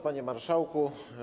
Panie Marszałku!